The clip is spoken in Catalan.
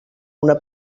una